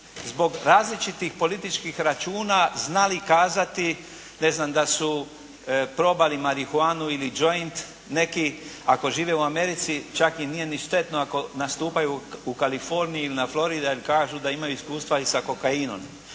zbog različitih političkih računa znali kazati ne znam da su probali marihuanu ili joint. Neki ako žive u Americi čak i nije ni štetno ako nastupaju u Kalifoniji ili na Floridi da kažu da imaju iskustva i sa kokainom.